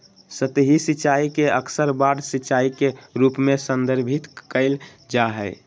सतही सिंचाई के अक्सर बाढ़ सिंचाई के रूप में संदर्भित कइल जा हइ